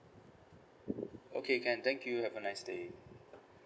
okay can thank you have a nice day